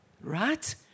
Right